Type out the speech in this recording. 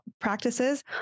practices